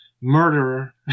murderer